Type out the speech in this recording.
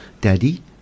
Daddy